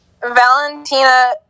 Valentina